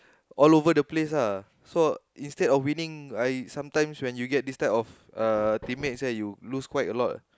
all over the place lah so instead of wining I sometimes when you get this type of teammates you lose quite a lot